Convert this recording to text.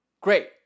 Great